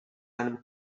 einem